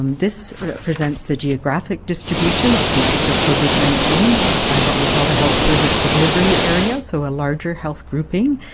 this represents the geographic distribution of cases of covid nineteen by what we call the health service delivery area, so a larger health grouping